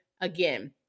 again